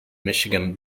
michigan